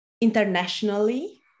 internationally